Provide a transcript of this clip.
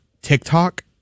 TikTok